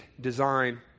design